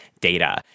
data